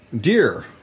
Dear